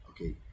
okay